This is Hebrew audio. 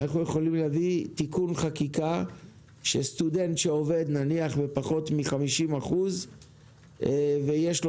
אנחנו יכולים להביא תיקון חקיקה שסטודנט שעובד נניח בפחות מ-50% ויש לו